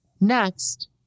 Next